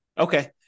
Okay